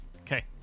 Okay